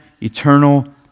eternal